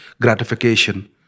gratification